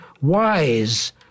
wise